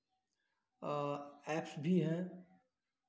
apps भी हैं